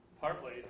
partly